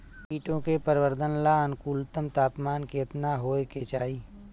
कीटो के परिवरर्धन ला अनुकूलतम तापमान केतना होए के चाही?